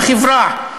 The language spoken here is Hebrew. בחברה.